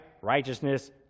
righteousness